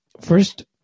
First